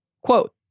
Quote